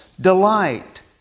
delight